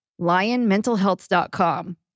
lionmentalhealth.com